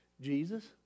Jesus